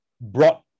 brought